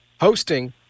hosting